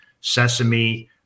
sesame